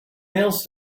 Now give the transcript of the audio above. meals